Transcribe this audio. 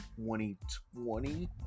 2020